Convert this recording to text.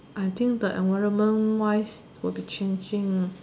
I think the environment wise will be changing